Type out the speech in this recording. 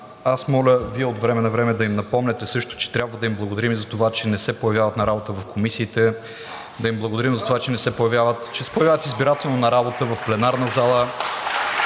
Аз моля Вие от време на време да им напомняте също, че трябва да им благодарим и за това, че не се появяват на работа в комисиите, да им благодарим за това, че се появяват избирателно на работа в пленарната зала.